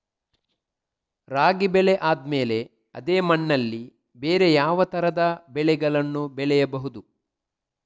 ರಾಗಿ ಬೆಳೆ ಆದ್ಮೇಲೆ ಅದೇ ಮಣ್ಣಲ್ಲಿ ಬೇರೆ ಯಾವ ತರದ ಬೆಳೆಗಳನ್ನು ಬೆಳೆಯಬಹುದು?